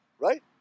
right